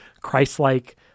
Christ-like